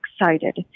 excited